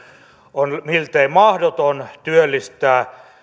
on miltei mahdoton työllistää